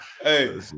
Hey